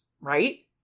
right